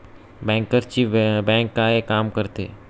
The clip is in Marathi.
बँकर्सची बँक काय काम करते?